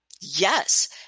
Yes